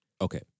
Okay